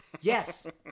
Yes